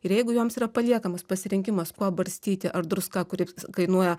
ir jeigu joms yra paliekamas pasirinkimas kuo barstyti ar druska kuri kainuoja